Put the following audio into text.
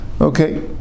Okay